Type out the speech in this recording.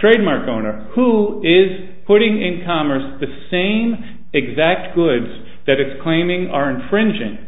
trademark owner who is putting in commerce the same exact goods that exclaiming are infringing